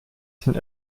sind